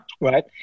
Right